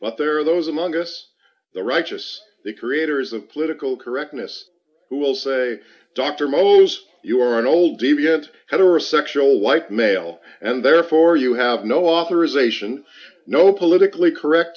but there are those among us the righteous the creators of political correctness who will say dr mo's you are an old deviant heterosexual white male and therefore you have no authorization no politically correct